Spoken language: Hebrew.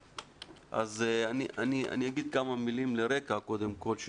אני אגיד כמה מילים לרקע קודם כל.